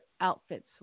outfits